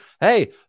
hey